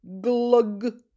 glug